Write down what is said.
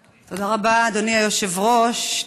רבה, אדוני היושב-ראש.